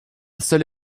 seule